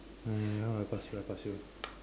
eh come I pass you I pass you